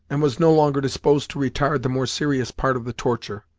and was no longer disposed to retard the more serious part of the torture.